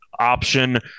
option